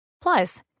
Plus